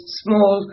small